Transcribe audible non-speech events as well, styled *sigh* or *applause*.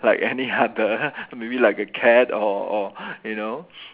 like any other *laughs* maybe like a cat or or you know